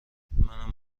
منم